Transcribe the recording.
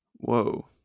Whoa